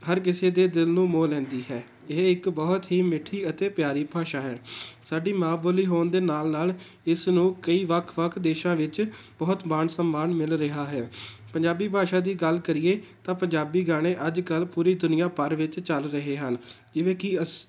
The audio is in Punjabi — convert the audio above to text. ਹਰ ਕਿਸੇ ਦੇ ਦਿਲ ਨੂੰ ਮੋਹ ਲੈਂਦੀ ਹੈ ਇਹ ਇੱਕ ਬਹੁਤ ਹੀ ਮਿੱਠੀ ਅਤੇ ਪਿਆਰੀ ਭਾਸ਼ਾ ਹੈ ਸਾਡੀ ਮਾਂ ਬੋਲੀ ਹੋਣ ਦੇ ਨਾਲ ਨਾਲ ਇਸ ਨੂੰ ਕਈ ਵੱਖ ਵੱਖ ਦੇਸ਼ਾਂ ਵਿੱਚ ਬਹੁਤ ਮਾਣ ਸਨਮਾਨ ਮਿਲ ਰਿਹਾ ਹੈ ਪੰਜਾਬੀ ਭਾਸ਼ਾ ਦੀ ਗੱਲ ਕਰੀਏ ਤਾਂ ਪੰਜਾਬੀ ਗਾਣੇ ਅੱਜ ਕੱਲ੍ਹ ਪੂਰੀ ਦੁਨੀਆਂ ਭਰ ਵਿੱਚ ਚੱਲ ਰਹੇ ਹਨ ਜਿਵੇਂ ਕਿ ਅਸ